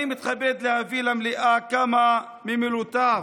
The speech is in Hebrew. אני מתכבד להביא למליאה כמה ממילותיו,